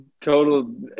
total